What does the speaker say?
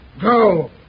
Go